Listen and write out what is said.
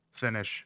finish